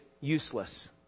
useless